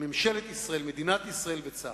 ממשלת ישראל, מדינת ישראל וצה"ל.